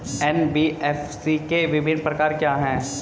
NBFC के विभिन्न प्रकार क्या हैं?